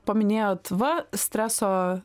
paminėjot va streso